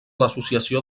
l’associació